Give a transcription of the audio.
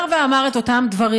הוא חזר ואמר את אותם דברים: